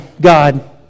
God